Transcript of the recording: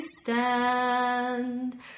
stand